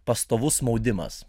pastovus maudimas